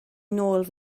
nôl